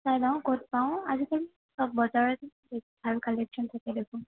চাই লওঁ ক'ত পাওঁ আজিকালি চব বজাৰত ভাল কালেকচন থাকে দেখোন